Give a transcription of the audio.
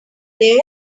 there